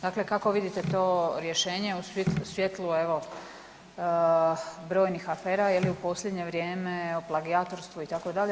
Dakle, kako vidite to rješenje u svjetlu evo brojnih afera je li u posljednje vrijeme, evo plagijatorstvo itd.